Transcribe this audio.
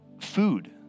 Food